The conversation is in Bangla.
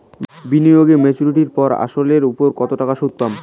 বিনিয়োগ এ মেচুরিটির পর আসল এর উপর কতো টাকা সুদ পাম?